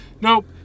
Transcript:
Nope